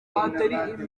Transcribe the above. atari